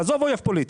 עזוב אויב פוליטי.